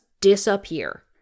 disappear